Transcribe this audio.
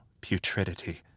putridity